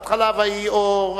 בהתחלה: ויהי אור,